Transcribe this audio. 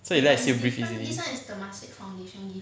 so it let's you breathe easily